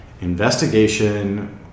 investigation